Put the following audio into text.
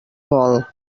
vol